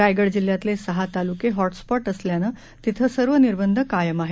रायगड जिल्ह्यातले सहा तालुके हॉ उपॉट्असल्याने तिथे सर्व निर्बंध कायम आहेत